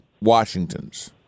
Washington's